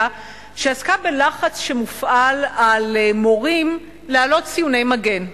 שעסקה בלחץ שמופעל על מורים להעלות ציוני מגן.